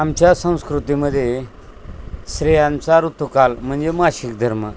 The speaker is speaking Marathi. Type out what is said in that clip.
आमच्या संस्कृतीमध्ये स्त्रियांचा ऋतुकाळ म्हणजे मासिक धर्म